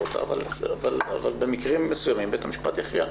אותה אבל במקרים מסוימים בית המשפט יכריע.